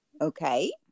Okay